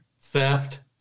Theft